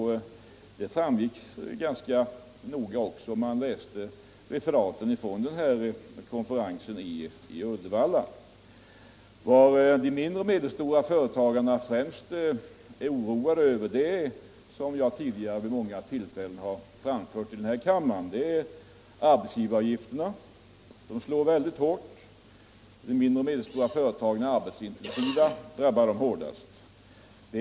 Det tycker jag framgick ganska tydligt, när man läste referaten från konferensen i Uddevalla. De mindre och medelstora företagen är främst oroade över arbetsgivaravgifterna. Det har jag tidigare framfört vid många tillfällen i denna kammare. De avgifterna slår mycket hårt. Mindre och medelstora företag är arbetskraftsintensiva och drabbas därför hårdast.